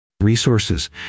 Resources